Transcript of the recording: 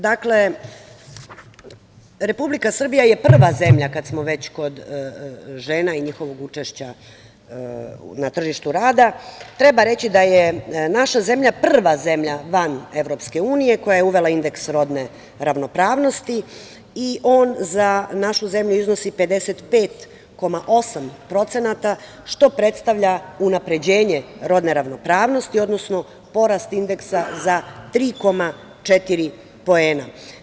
Dakle, Republika Srbija je prva zemlja, kada smo već kod žena i njihovog učešća na tržištu rada, treba reći da je naša zemlja prva zemlja van Evropske unije koja je uvela indeks rodne ravnopravnosti i on za našu zemlju iznosi 55,8%, što predstavlja unapređenje rodne ravnopravnosti, odnosno porast indeksa za 3,4 poena.